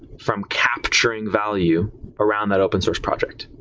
from capturing value around that open source project.